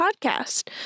podcast